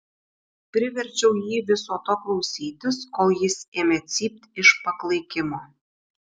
priverčiau jį viso to klausytis kol jis ėmė cypt iš paklaikimo